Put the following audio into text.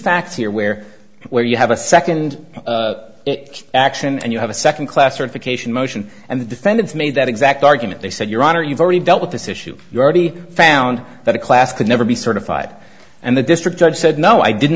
facts here where where you have a second action and you have a second class certification motion and the defendants made that exact argument they said your honor you've already dealt with this issue you already found that a class could never be certified and the district judge said no i didn't